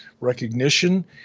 recognition